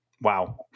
Wow